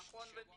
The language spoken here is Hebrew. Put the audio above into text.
נכון,